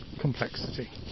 complexity